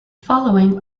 following